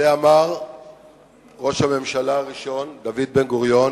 את זה אמר ראש הממשלה הראשון, דוד בן-גוריון,